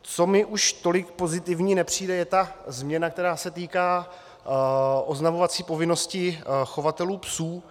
Co mi už tolik pozitivní nepřijde, je změna, která se týká oznamovací povinnosti chovatelů psů.